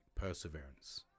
perseverance